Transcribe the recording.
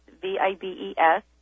V-I-B-E-S